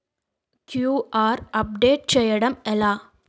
QR update చేయడం ఎలా?